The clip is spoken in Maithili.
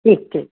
ठीक ठीक